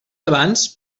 abans